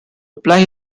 apply